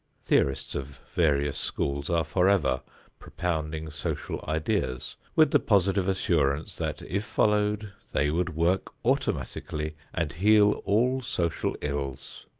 theorists of various schools are forever propounding social ideas, with the positive assurance that, if followed, they would work automatically and heal all social ills.